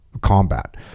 combat